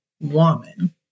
woman